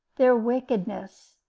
their wickedness.